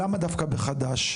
אז למה דווקא בחדש?